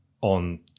on